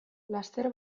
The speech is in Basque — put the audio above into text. laster